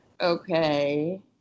okay